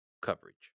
coverage